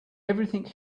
everything